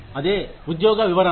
అదే ఉద్యోగ వివరణ